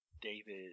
David